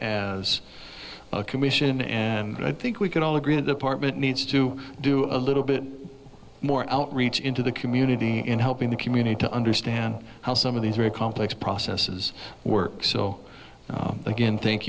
as a commission and i think we can all agree the department needs to do a little bit more outreach into the community in helping the community to understand how some of these very complex processes work so again thank